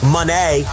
Money